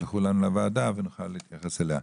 תשלחו את זה אלינו לוועדה ונוכל להתייחס לזה.